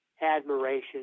admiration